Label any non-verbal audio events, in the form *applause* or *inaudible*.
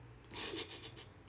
*laughs*